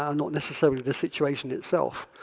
um not necessarily the situation itself.